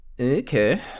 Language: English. okay